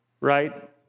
right